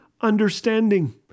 understanding